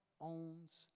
owns